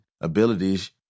abilities